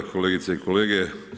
Kolegice i kolege.